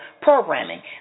programming